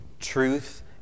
truth